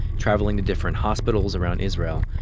traveling to different hospitals around israel.